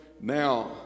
Now